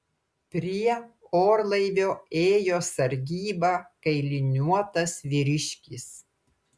prie orlaivio ėjo sargybą kailiniuotas vyriškis